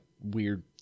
weird